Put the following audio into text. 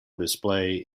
display